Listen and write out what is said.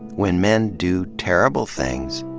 when men do terrible things,